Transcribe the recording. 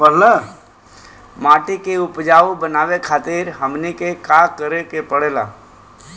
माटी के उपजाऊ बनावे खातिर हमनी के का करें के पढ़ेला?